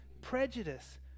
prejudice